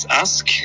ask